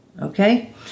Okay